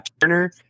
Turner